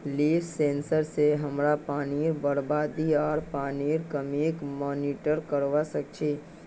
leaf sensor स हमरा पानीर बरबादी आर पानीर कमीक मॉनिटर करवा सक छी